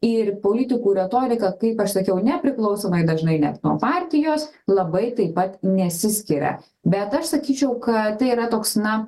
ir politikų retorika kaip aš sakiau nepriklausomai dažnai net nuo partijos labai taip pat nesiskiria bet aš sakyčiau kad tai yra toks na